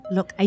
Look